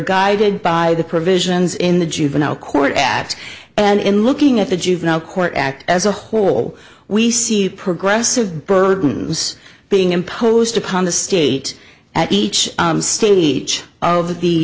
guided by the provisions in the juvenile court at and in looking at the juvenile court act as a whole we see the progressive burdens being imposed upon the state at each stage of the